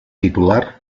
titular